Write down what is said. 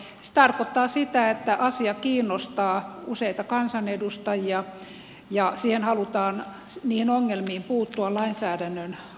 se tarkoittaa sitä että asia kiinnostaa useita kansanedustajia ja niihin ongelmiin halutaan puuttua lainsäädännön avulla